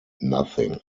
nothing